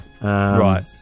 Right